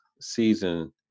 season